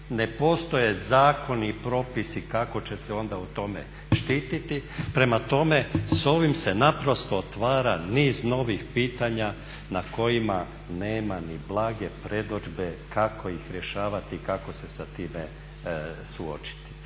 ne postoje zakoni i propisi kako će se onda u tome štitit, prema tome s ovim se naprosto otvara niz novih pitanja na kojima nema ni blage predodžbe kako ih rješavati i kako se sa time suočiti.